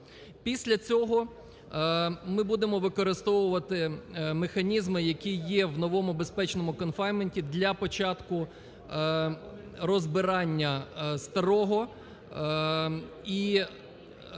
Після цього ми будемо використовувати механізми, які є в новому безпечному конфайнменті для початку розбирання старого.